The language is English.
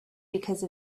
because